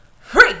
Free